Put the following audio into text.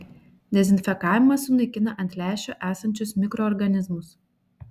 dezinfekavimas sunaikina ant lęšio esančius mikroorganizmus